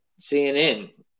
CNN